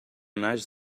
naix